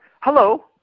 Hello